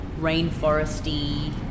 rainforesty